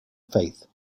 faith